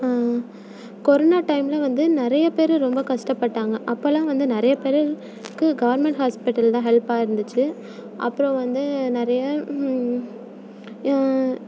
corona டைமில் வந்து நிறைய பேர் ரொம்ப கஷ்டப்பட்டாங்க அப்போலாம் வந்து நிறைய பேருக்கு கவர்மெண்ட் ஹாஸ்பிட்டல் தான் ஹெல்ப்பாக இருந்துச்சு அப்புறம் வந்து நிறைய